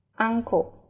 uncle